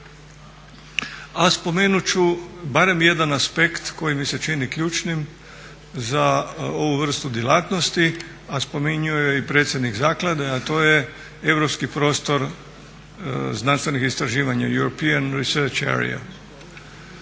A spomenut ću barem jedan aspekt koji mi se čini ključnim za ovu vrstu djelatnosti, a spominjao ju je i predsjednik zaklade, a to je Europski prostor znanstvenih istraživanja, European research area.